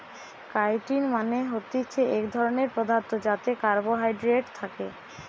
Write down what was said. chitin মানে হতিছে এক ধরণের পদার্থ যাতে কার্বোহাইড্রেট থাকে